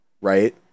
right